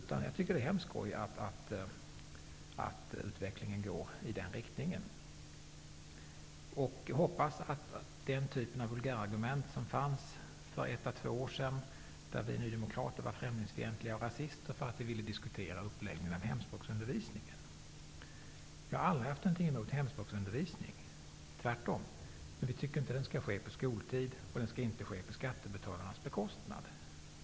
Jag tycker att det är väldigt skojigt att utvecklingen går i den riktningen. Jag hoppas att vi nu slipper den typ av vulgärargument som användes för ett à två år sedan, då vi nydemokrater ansågs vara främlingsfientliga och rasister därför att vi ville diskutera uppläggningen av hemspråksundervisningen. Jag har aldrig haft något emot hemspråksundervisning, tvärtom. Men jag tycker inte att den skall ske på skoltid och på skattebetalarnas bekostnad.